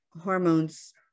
hormones